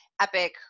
Epic